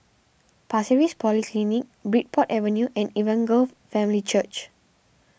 Pasir Ris Polyclinic Bridport Avenue and Evangel Family Church